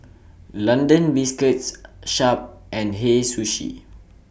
London Biscuits Sharp and Hei Sushi